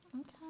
Okay